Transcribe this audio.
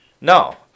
no